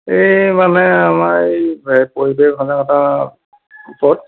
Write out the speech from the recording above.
এই মানে আমাৰ এই মানে পৰিৱেশ সজাগতা ওপৰত